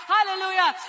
Hallelujah